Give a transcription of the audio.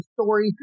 story